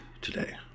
today